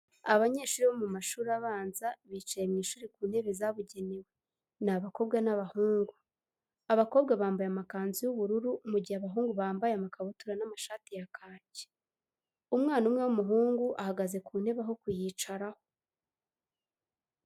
Abanyeshuri bo mu mashuri abanza bicaye mu ishuri ku ntebe zabugenewe, ni abakobwa n'abahungu. Abakobwa bambaye amakanzu y'ubururu mu gihe abahungu bambaye bambaye amakabutura n'amashati ya kaki. Umwana umwr w'umuhungu ahagaze ku ntebe aho kuyicararaho.